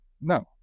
no